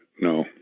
No